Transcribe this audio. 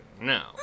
No